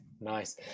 nice